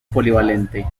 polivalente